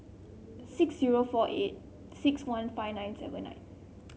six zero four eight six one five nine seven nine